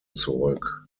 zurück